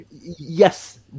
Yes